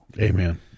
Amen